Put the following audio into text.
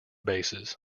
bases